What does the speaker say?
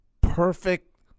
perfect